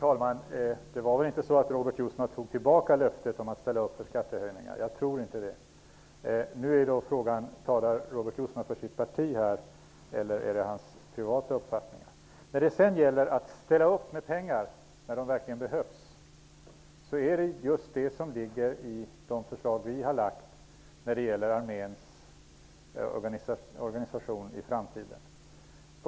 Herr talman! Robert Jousma tog väl inte tillbaka löftet om att ställa upp på skattehöjningar? Jag tror inte det. Nu är frågan: Talar Robert Jousma här för sitt parti eller är det hans privata uppfattningar? Att ställa upp med pengar när de verkligen behövs ingår just i de förslag som vi har framlagt när det gäller arméns organisation i framtiden.